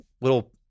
little